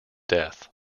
death